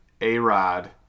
A-Rod